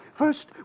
First